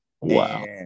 Wow